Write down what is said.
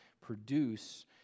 produce